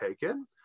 taken